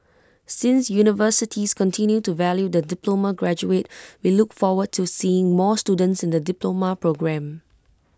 since universities continue to value the diploma graduate we look forward to seeing more students in the diploma programme